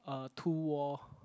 a two wall